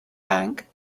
bank